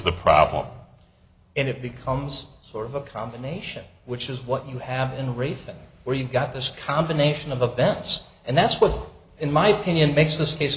the problem and it becomes sort of a combination which is what you have in rethink where you've got this combination of events and that's what in my pinion makes this case